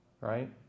right